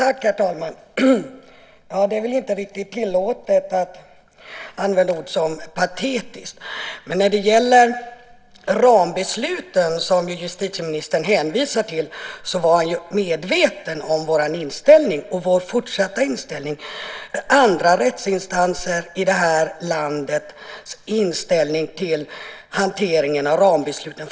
Herr talman! Det är väl inte riktigt tillåtet att använda ord som patetiskt, men när det gäller de rambeslut som justitieministern hänvisar till var han medveten om vår inställning och inställningen hos andra rättsinstanser i det här landet till regeringens hantering av rambesluten.